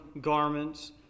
garments